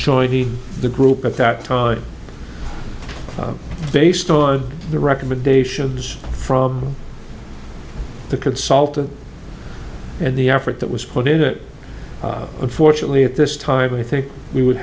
joining the group at that time based on the recommendations from the consultant and the effort that was put into it unfortunately at this time i think we would